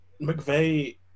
McVeigh